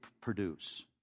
produce